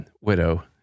widow